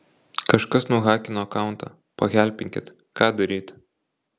kažkas nuhakino akauntą pahelpinkit ką daryt